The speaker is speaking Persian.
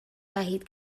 دهید